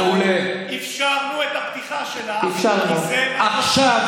בסגר האחרון אפשרנו את הפתיחה שלה, כי זה, מעולה.